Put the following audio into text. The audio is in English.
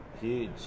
Huge